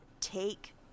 take